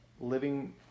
living